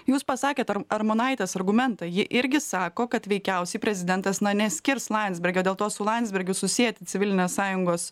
jūs pasakėt ar armonaitės argumentą ji irgi sako kad veikiausiai prezidentas na neskirs landsbergio dėl to su landsbergiu susieti civilinės sąjungos